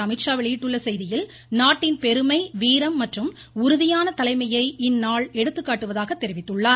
அமீத்ஷா வெளியிட்டுள்ள செய்தியில் நாட்டின் பெருமை வீரம் மற்றும் உறுதியான தலைமையை இந்நாள் எடுத்துக்காட்டுவதாக தெரிவித்துள்ளார்